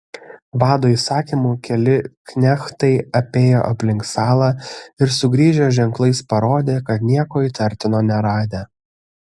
vado įsakymu keli knechtai apėjo aplink salą ir sugrįžę ženklais parodė kad nieko įtartino neradę